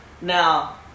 Now